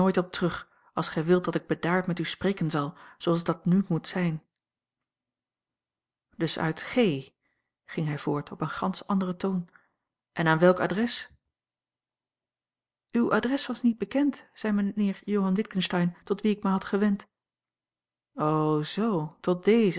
terug als gij wilt dat ik bedaard met u spreken zal zooals dat n moet zijn a l g bosboom-toussaint langs een omweg dus uit g ging hij voort op een gansch anderen toon en aan welk adres uw adres was niet bekend zei mijnheer johan witgensteyn tot wien ik mij had gewend o zoo tot dezen